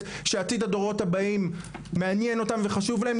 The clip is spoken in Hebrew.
שעתיד הדורות הבאים מעניין אותם וחשוב להם,